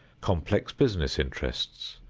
complex business interests,